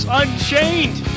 unchained